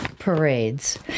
Parades